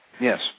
Yes